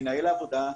את מנהל העבודה,